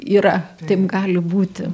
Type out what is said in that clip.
yra taip gali būti